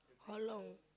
how long